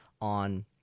on